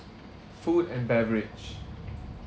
food and beverage